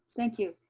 thank you,